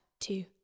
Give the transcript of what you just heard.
Two